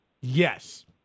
Yes